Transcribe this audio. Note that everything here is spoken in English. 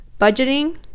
budgeting